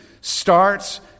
starts